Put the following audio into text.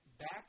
back